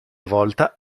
volta